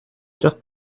just